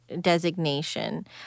designation